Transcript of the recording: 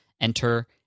Enter